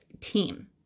team